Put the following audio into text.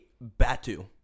Batu